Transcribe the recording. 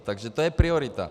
Takže to je priorita.